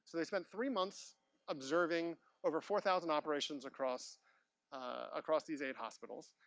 so they spent three months observing over four thousand operations across across these eight hospitals.